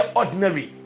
ordinary